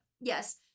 Yes